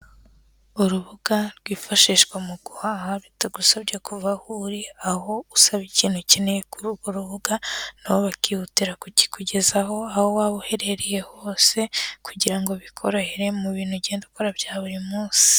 Urubuga rwifashishwa mu guhaha bitagusabye kuva aho uri, aho usaba ikintu ukeneye kuri urwo rubuga nabo bakihutira kukikugezaho aho waba uherereye hose kugira ngo bikorohere mu bintu ugenda ukora bya buri munsi.